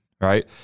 right